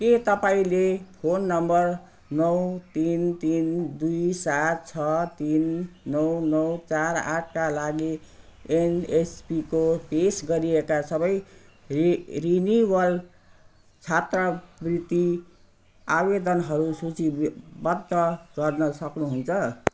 के तपाईँँले phone number नौ तिन तिन दुई सात छ तिन नौ नौ चार आठका लागि एनएसपीको पेस गरिएका सबै रि रिनिवल छात्रवृत्ति आवेदनहरू सूची बद्ध गर्न सक्नुहुन्छ